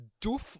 doof